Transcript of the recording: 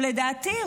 לדעתי,